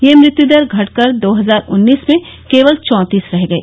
यह मृत्यूदर घटकर दो हजार उन्नीस में केवल चौंतीस रह गई